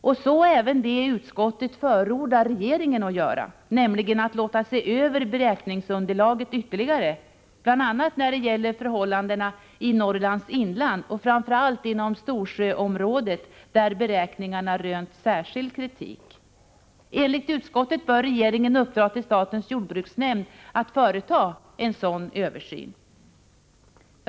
Så är även fallet med det utskottet förordar regeringen att göra, nämligen att låta se över beräkningsunderlaget ytterligare, bl.a. när det gäller förhållandena i Norrlands inland och framför allt inom Storsjöområdet, där beräkningarna rönt särskild kritik. Enligt utskottet bör regeringen uppdra till statens jordbruksnämnd att företa en sådan översyn.